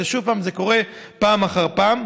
ושוב, זה קורה פעם אחר פעם.